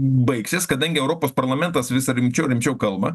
baigsis kadangi europos parlamentas vis rimčiau ir rimčiau kalba